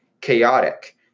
chaotic